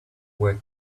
were